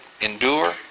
endure